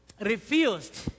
refused